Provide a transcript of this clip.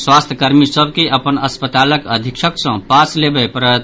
स्वास्थ्य कर्मी सभ के अपन अस्पतालक अधीक्षक सँ पास लेबय पड़त